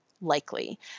likely